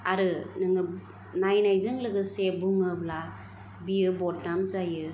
आरो नोङो नायनायजों लोगोसे बुङोब्ला बियो बदनाम जायो